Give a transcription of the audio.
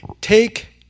Take